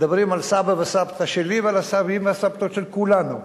מדברים על סבא וסבתא שלי ועל הסבים והסבתות של כולנו.